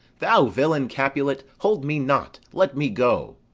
thou villain capulet hold me not, let me go.